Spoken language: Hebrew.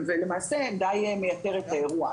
ולמעשה זה די מייתר את האירוע.